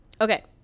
okay